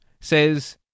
says